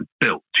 built